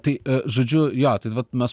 tai žodžiu jo tai vat mes